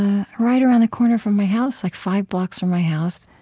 ah right around the corner from my house, like five blocks from my house,